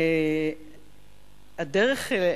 הדרך,